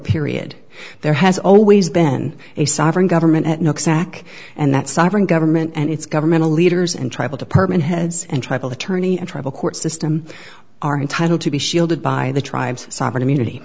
period there has always been a sovereign government at no sack and that sovereign government and its governmental leaders and tribal department heads and tribal attorney and tribal court system are entitled to be shielded by the tribes sovereign immunity